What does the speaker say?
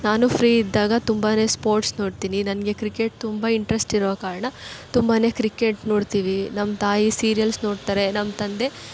ನಾನು ಫ್ರೀ ಇದ್ದಾಗ ತುಂಬಾ ಸ್ಪೋರ್ಟ್ಸ್ ನೋಡ್ತೀನಿ ನನಗೆ ಕ್ರಿಕೆಟ್ ತುಂಬ ಇಂಟ್ರೆಸ್ಟ್ ಇರೋ ಕಾರಣ ತುಂಬಾ ಕ್ರಿಕೆಟ್ ನೋಡ್ತೀವಿ ನಮ್ಮ ತಾಯಿ ಸೀರಿಯಲ್ಸ್ ನೋಡ್ತಾರೆ ನಮ್ಮ ತಂದೆ